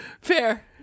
Fair